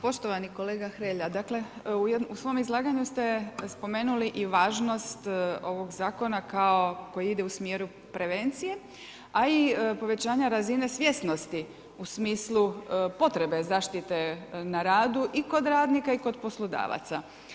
Poštovani kolega Hrelja, dakle, u svom izlaganju ste spomenuli i važnost ovog zakona, kao, koji ide u smjeru prevencije, a i povećanje razine svjesnosti u smislu potrebe zaštite na radu i kod radnika i kod poslodavaca.